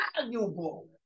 valuable